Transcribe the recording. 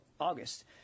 August